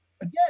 again